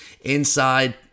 inside